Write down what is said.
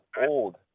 old